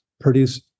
produce